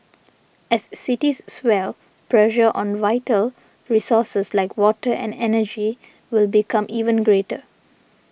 as cities swell pressure on vital resources like water and energy will become ever greater